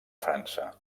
frança